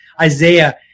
Isaiah